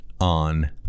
on